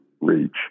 reach